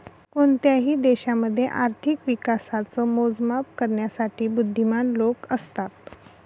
कोणत्याही देशामध्ये आर्थिक विकासाच मोजमाप करण्यासाठी बुध्दीमान लोक असतात